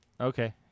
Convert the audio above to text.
okay